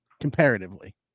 comparatively